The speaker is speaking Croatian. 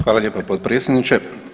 Hvala lijepa potpredsjedniče.